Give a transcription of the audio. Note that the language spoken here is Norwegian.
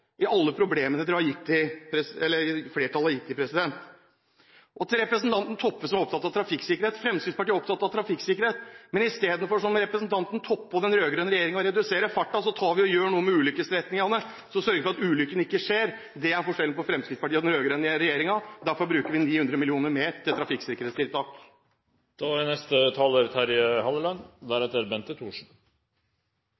i alle problemene flertallet har gitt dem. Og til representanten Toppe, som var opptatt av trafikksikkerhet: Fremskrittspartiet er opptatt av trafikksikkerhet, men i stedet for å redusere farten som representanten Toppe og den rød-grønne regjeringen vil, gjør vi noe med ulykkesstrekningene og sørger for at ulykkene ikke skjer. Det er forskjellen på Fremskrittspartiet og den rød-grønne regjeringen. Derfor bruker vi 900 mill. kr mer til trafikksikkerhetstiltak. Vi ser i debatten i dag at samferdsel, og spesielt veier, er